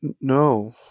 No